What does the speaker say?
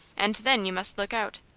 and then you must look out.